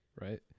Right